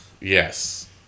Yes